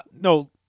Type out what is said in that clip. no